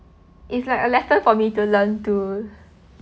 it's like a lesson for me to learn to